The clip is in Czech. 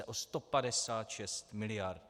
O 156 miliard!